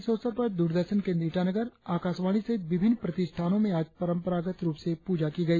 इस अवसर पर दूरदर्शन केंद्र ईटानगर आकाशवाणी सहित विभिन्न प्रतिष्ठानों में आज परपरागत रुप से पूजा की गई